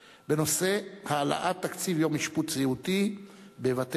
בנושא: העלאת תקציב יום אשפוז סיעודי בבית-אבות.